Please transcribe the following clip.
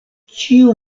ĉiu